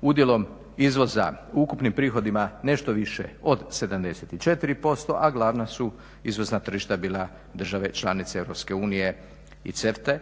udjelom izvoza u ukupnim prihodima nešto više od 74%, a glavna su izvozna tržišta bila države članice Europske unije i CEFTA-e,